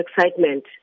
excitement